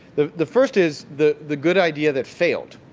the the first is, the the good idea that failed,